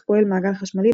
איך פועל מעגל חשמלי,